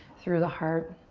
through the heart.